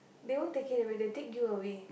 they won't take him away they will take you away